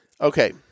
Okay